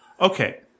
Okay